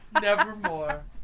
Nevermore